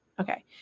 Okay